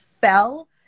fell